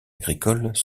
agricoles